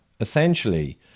essentially